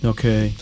Okay